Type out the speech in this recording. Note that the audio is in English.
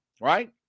right